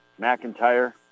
McIntyre